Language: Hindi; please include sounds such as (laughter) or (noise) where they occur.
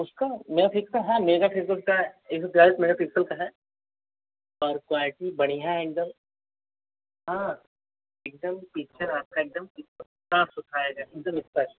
उसका मेगापिक्स हाँ मेगापिक्स उसका एक सौ चालीस मेगापिक्सल का है और क्वालिटी बढ़िया है एकदम हाँ एकदम पिच्चर आपका एकदम (unintelligible) साफ सुथरा आएगा एकदम स्पष्ट